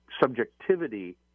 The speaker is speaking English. subjectivity